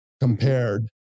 compared